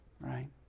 Right